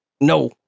No